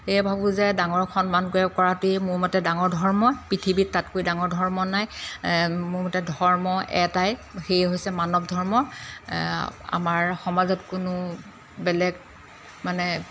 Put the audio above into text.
সেয়ে ভাবোঁ যে ডাঙৰৰ সন্মানকৈ কৰাটোৱেই মোৰ মতে ডাঙৰ ধৰ্ম পৃথিৱীত তাতকৈ ডাঙৰ ধৰ্ম নাই মোৰ মতে ধৰ্ম এটাই সেয়ে হৈছে মানৱ ধৰ্ম আমাৰ সমাজত কোনো বেলেগ মানে